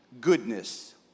goodness